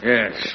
Yes